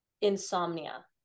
insomnia